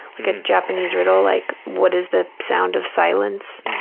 like a japanese riddle, like, what is the sound of silence?